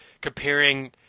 comparing